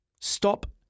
Stop